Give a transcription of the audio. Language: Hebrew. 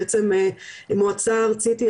בעצם המועצה הארצית,